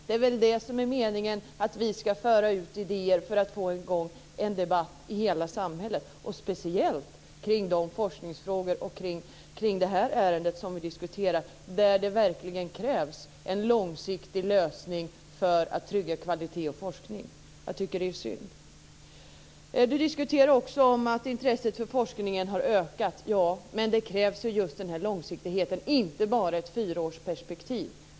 Det är väl meningen att vi ska föra ut idéer för att få i gång en debatt i hela samhället, speciellt kring de forskningsfrågor och det ärende som vi nu diskuterar, där det verkligen krävs en långsiktig lösning för att trygga kvalitet och forskning. Jag tycker att det är synd. Majléne Westerlund Panke säger också att intresset för forskningen har ökat. Ja, men det krävs just långsiktighet, inte bara ett fyraårsperspektiv.